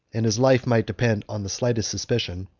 and his life might depend on the slightest suspicion,